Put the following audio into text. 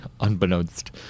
unbeknownst